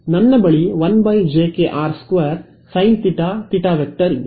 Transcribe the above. ನನ್ನ ಬಳಿ1 ೨ sin θ θ ಇದೆ